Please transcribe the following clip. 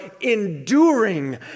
enduring